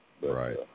Right